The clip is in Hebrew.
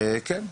כן.